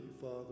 Father